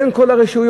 בין כל הרשויות,